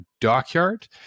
Dockyard